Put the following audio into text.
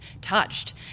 touched